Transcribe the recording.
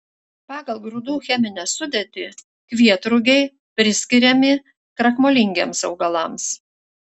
pagal grūdų cheminę sudėtį kvietrugiai priskiriami krakmolingiems augalams